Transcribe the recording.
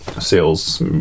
sales